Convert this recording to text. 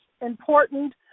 important